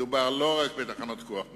מדובר לא רק בתחנות כוח,